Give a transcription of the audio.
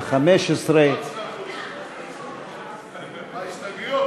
סעיף 12, גמלאות ופיצויים,